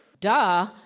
Duh